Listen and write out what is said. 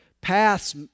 Paths